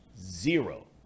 zero